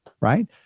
right